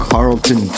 Carlton